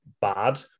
bad